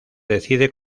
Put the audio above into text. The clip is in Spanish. decide